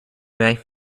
may